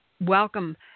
welcome